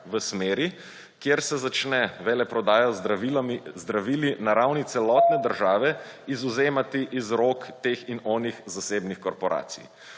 v smeri, kjer se začne veleprodaja z zdravili na ravni celotne države izvzemati iz rok teh in onih zasebnih korporacij.